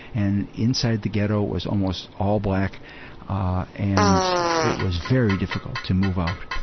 and inside the ghetto it was almost all black and it was very difficult to move out.